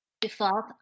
default